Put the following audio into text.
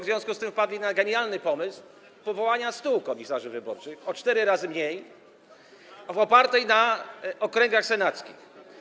W związku z tym wpadli na genialny pomysł powołania 100 komisarzy wyborczych - o cztery razy mniej - opierając się na okręgach senackich.